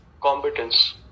competence